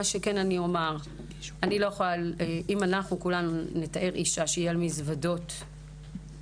מה שכן אומר הוא שאם כולנו נתאר לעצמנו אישה על מזוודות ובהתלבטות